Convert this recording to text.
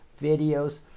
videos